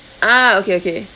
ah okay okay